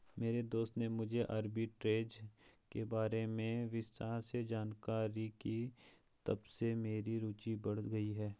मेरे दोस्त ने मुझे आरबी ट्रेज़ के बारे में विस्तार से जानकारी दी तबसे मेरी रूचि बढ़ गयी